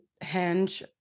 Hinge